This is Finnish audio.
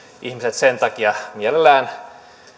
ihmiset sen takia mielellään